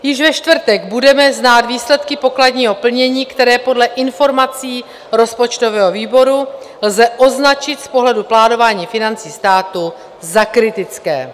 Již ve čtvrtek budeme znát výsledky pokladního plnění, které podle informací rozpočtového výboru lze označit z pohledu plánování financí státu za kritické.